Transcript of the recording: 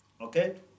Okay